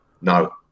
No